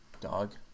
dog